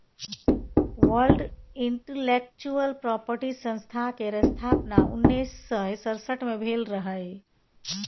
world intellectual property संस्था केर स्थापना उन्नैस सय सड़सठ मे भेल रहय